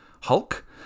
Hulk